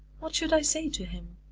what should i say to him?